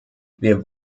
wir